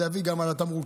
זה יביא גם בתמרוקים,